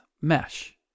mesh